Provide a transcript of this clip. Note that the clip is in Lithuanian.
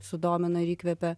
sudomino ir įkvepė